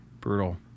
brutal